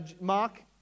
Mark